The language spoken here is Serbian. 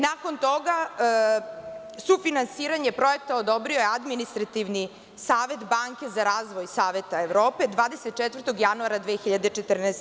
Nakon toga, sufinansiranje projekta odobrio je Administrativni savet banke za razvoj Saveta Evrope, 24. januara 2014.